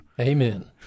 Amen